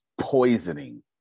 poisoning